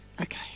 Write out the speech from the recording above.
Okay